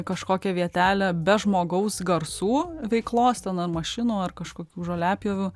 kažkokią vietelę be žmogaus garsų veiklos ten ar mašinų ar kažkokių žoliapjovių